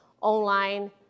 online